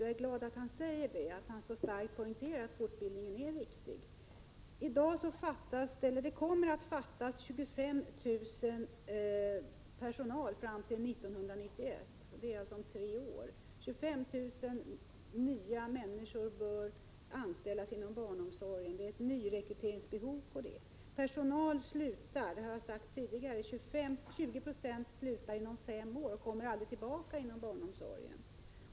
Jag är glad att statsrådet så starkt poängterar att fortbildningen är viktig. I dag vet vi att det kommer att fattas 25 000 anställda inom barnomsorgen fram till 1991 — alltså om tre år. 25 000 nya människor bör således anställas inom barnomsorgen. Så stort är alltså nyrekryteringsbehovet. 20 96 av personalen slutar, som jag tidigare har sagt, inom fem år och kommer aldrig tillbaka till barnomsorgen.